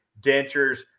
dentures